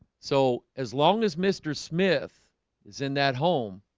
so as long as mr. smith is in that home